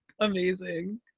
Amazing